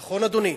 נכון, אדוני?